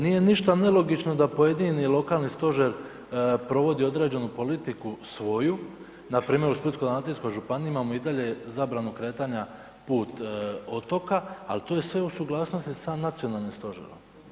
Nije ništa nelogično da pojedini lokalni stožer provodi određenu politiku svoju, npr. u Splitsko-dalmatinskoj županiji imamo i dalje zabranu kretanja put otoka ali tu je sve u suglasnosti sa Nacionalnim stožerom.